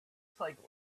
cyclists